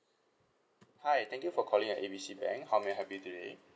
hi thank you for calling at A B C bank how may I help you today